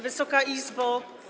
Wysoka Izbo!